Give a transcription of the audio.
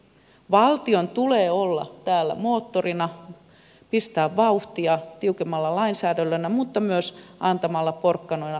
valtion tulee olla täällä moottorina pistää vauhtia tiukemmalla lainsäädännöllä mutta myös antamalla porkkanoina rahoitusta